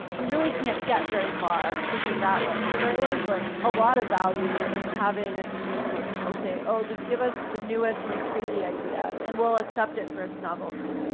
you really can't get very far thinking that way. so there is like a lot of value in having a space where people say, oh! just give us the newest most crazy idea and we'll accept it for its novelty.